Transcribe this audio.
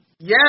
Yes